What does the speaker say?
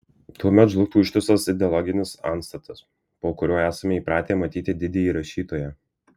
tuomet žlugtų ištisas ideologinis antstatas po kuriuo esame įpratę matyti didįjį rašytoją